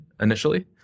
initially